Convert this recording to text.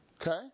Okay